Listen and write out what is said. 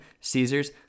Caesar's